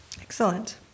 excellent